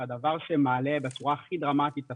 שהדבר שמעלה בצורה הכי דרמטית את